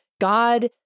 God